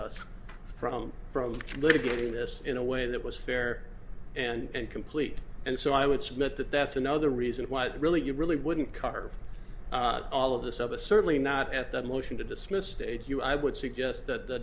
us from from litigating this in a way that was fair and complete and so i would submit that that's another reason why it really you really wouldn't cover all of this of a certainly not at the motion to dismiss stage you i would suggest that